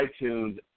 iTunes